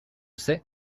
sais